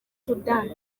soudan